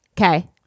Okay